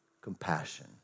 compassion